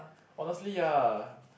honestly ya